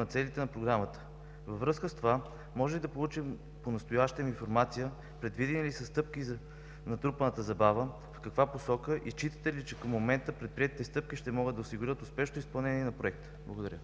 на целите на Програмата. Във връзка с това, може ли да получим понастоящем информация: предвидени ли са стъпки за натрупаната забава, в каква посока и считате ли, че към момента предприетите стъпки ще могат да осигурят успешно изпълнение на Проекта? Благодаря.